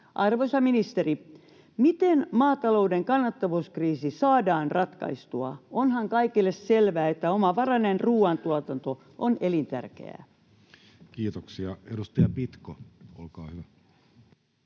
Arvoisa ministeri, miten maatalouden kannattavuuskriisi saadaan ratkaistua? Onhan kaikille selvää, että omavarainen ruoantuotanto on elintärkeää? [Speech 178] Speaker: